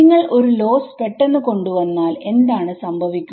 നിങ്ങൾ ഒരു ലോസ്സ് പെട്ടെന്ന് കൊണ്ട് വന്നാൽ എന്താണ് സംഭവിക്കുക